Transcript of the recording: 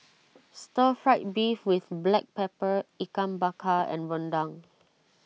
Stir Fried Beef with Black Pepper Ikan Bakar and Rendang